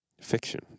fiction